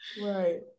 right